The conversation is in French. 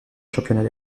championnat